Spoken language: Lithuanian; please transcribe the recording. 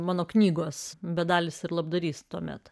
mano knygos bedalis ir labdarys tuomet